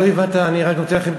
אתה לא הבנת, אני רק נותן לכם,